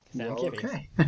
okay